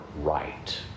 right